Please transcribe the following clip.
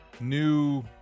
new